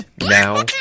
now